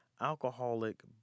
alcoholic